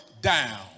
down